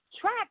track